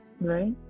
Right